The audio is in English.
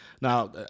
Now